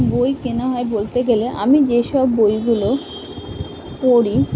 বই কেনা হয় বলতে গেলে আমি যেসব বইগুলো পড়ি